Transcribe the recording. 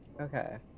okay